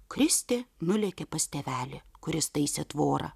kristė nulėkė pas tėvelį kuris taisė tvorą